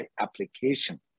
application